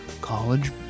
college